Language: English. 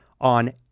on